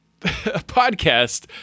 podcast